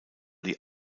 die